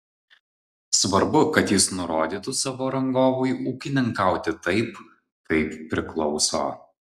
svarbu kad jis nurodytų savo rangovui ūkininkauti taip kaip priklauso